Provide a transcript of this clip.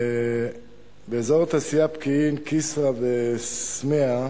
באזור התעשייה פקיעין, כסרא-סמיע,